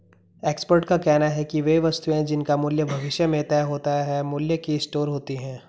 expert का कहना है कि वे वस्तुएं जिनका मूल्य भविष्य में तय होता है मूल्य की स्टोर होती हैं